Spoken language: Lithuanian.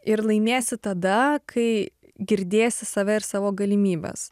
ir laimėsi tada kai girdėsi save ir savo galimybes